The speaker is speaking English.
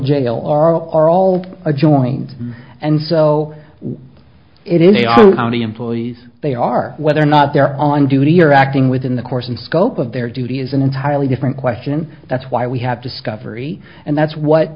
jail are all adjoined and so it is how many employees they are whether or not they're on duty or acting within the course and scope of their duty is an entirely different question that's why we have discovered and that's what